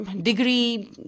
degree